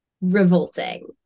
revolting